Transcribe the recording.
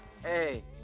Hey